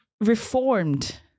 reformed